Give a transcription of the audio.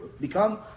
become